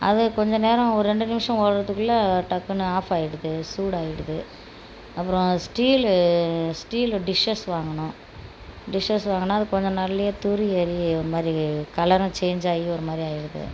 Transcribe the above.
அதை கொஞ்சம் நேரம் ஒரு இரண்டு நிமிஷம் ஓட்றதுக்குள்ள டக்குனு ஆஃப் ஆயிடுது சூடாகிடுது அப்புறம் ஸ்டீல்லு ஸ்டீல்லு டிஷஸ் வாங்குன்னோ டிஷஸ் வாங்கினோம் அது கொஞ்சம் நாளிலே துரு ஏறு ஏறுன மாதிரி கலர்ரு சேஞ் ஆகி ஒரு மாதிரி ஆகிடுது